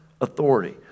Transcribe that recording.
authority